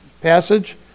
passage